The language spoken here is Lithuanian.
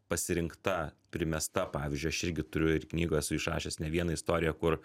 pasirinkta primesta pavyzdžiui aš irgi turiu ir knygoj esu išrašęs ne vieną istoriją kur